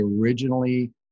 originally